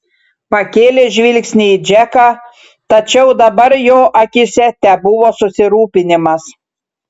pakėlė žvilgsnį į džeką tačiau dabar jo akyse tebuvo susirūpinimas